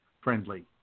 friendly